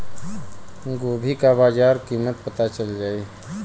गोभी का बाजार कीमत पता चल जाई?